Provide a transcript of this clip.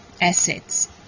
assets